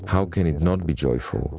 how can it not be joyful!